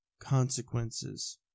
consequences